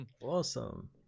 awesome